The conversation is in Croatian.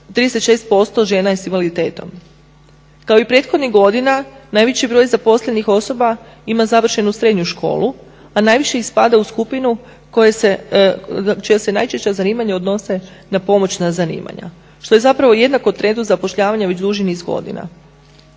36% žena je sa invaliditetom. Kao i proteklih godina najveći broj zaposlenih osoba ima završenu srednju školu, a najviše ih spada u skupinu čija se najčešća zanimanja odnose na pomoćna zanimanja što je zapravo jednako trendu zapošljavanja već duži niz godina.